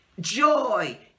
joy